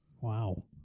Wow